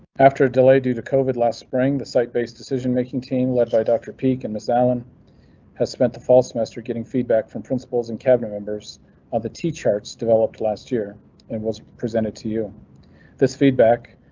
after a delay due to covid last spring, the site based decision making team led by doctor pekin, miss allen has spent the fall semester getting feedback from principals and cabinet members of the t charts developed last year and was presented to you this feedback.